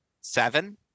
Seven